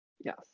Yes